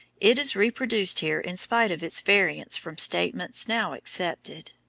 it is reproduced here in spite of its variance from statements now accepted